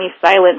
Silent